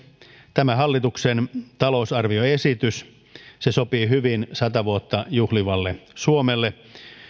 tämä hallituksen talousarvioesitys sopii hyvin sata vuotta juhlivalle suomelle